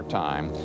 time